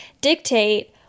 dictate